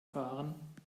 fahren